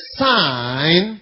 sign